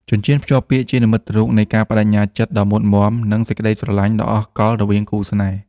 ចិញ្ចៀនភ្ជាប់ពាក្យជានិមិត្តរូបនៃការប្ដេជ្ញាចិត្តដ៏មុតមាំ និងសេចក្ដីស្រឡាញ់ដ៏អស់កល្បរវាងគូស្នេហ៍។